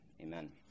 amen